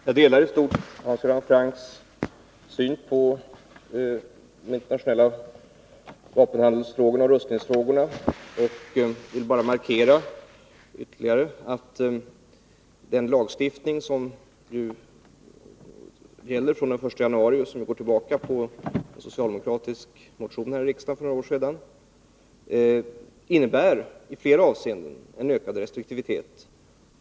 Herr talman! Jag delar i stort Hans Göran Francks syn på de internationella vapenhandelsfrågorna och rustningsfrågorna. Jag vill bara markera ytterligare att den lagstiftning som ju gäller från den 1 januari och går tillbaka på en socialdemokratisk motion här i riksdagen för några år sedan i flera avseenden innebär en ökad restriktivitet.